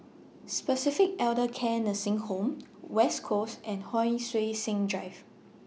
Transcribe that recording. Pacific Elder Care Nursing Home West Coast and Hon Sui Sen Drive